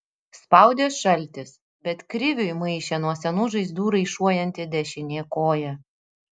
spaudė šaltis bet kriviui maišė nuo senų žaizdų raišuojanti dešinė koja